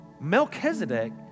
Melchizedek